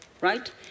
right